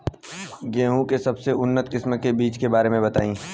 गेहूँ के सबसे उन्नत किस्म के बिज के बारे में बताई?